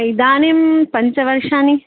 इदानीं पञ्चवर्षाणि